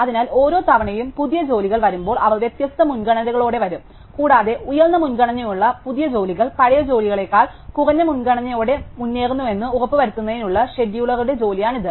അതിനാൽ ഓരോ തവണയും പുതിയ ജോലികൾ വരുമ്പോൾ അവർ വ്യത്യസ്ത മുൻഗണനകളോടെ വരും കൂടാതെ ഉയർന്ന മുൻഗണനയുള്ള പുതിയ ജോലികൾ പഴയ ജോലിയെക്കാൾ കുറഞ്ഞ മുൻഗണനയോടെ മുന്നേറുന്നുവെന്ന് ഉറപ്പുവരുത്തുന്നതിനുള്ള ഷെഡ്യൂളറുടെ ജോലിയാണ് ഇത്